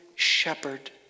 shepherd